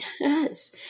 Yes